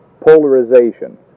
polarization